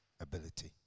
ability